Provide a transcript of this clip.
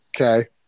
okay